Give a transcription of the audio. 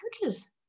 churches